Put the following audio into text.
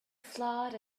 flawed